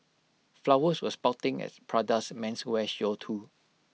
flowers were sprouting at Prada's menswear show too